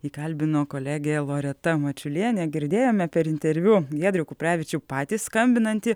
jį kalbino kolegė loreta mačiulienė girdėjome per interviu giedrių kuprevičių patį skambinantį